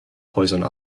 poison